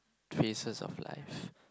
pieces of life